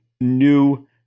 new